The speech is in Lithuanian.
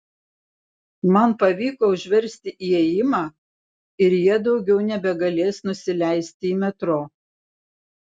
man pavyko užversti įėjimą ir jie daugiau nebegalės nusileisti į metro